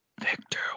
Victor